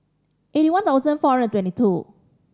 eighty one thousand four hundred and twenty two